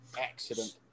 accident